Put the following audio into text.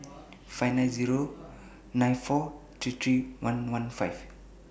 five nine Zero nine four three three one one five